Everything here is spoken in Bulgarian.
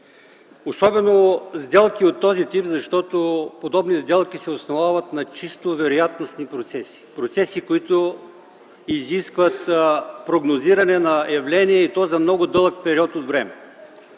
Особено сделки от този тип, защото подобен род сделки се основават на чисто вероятностни процеси, които изискват прогнозиране на явления и то за много дълъг период от време.